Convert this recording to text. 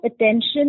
attention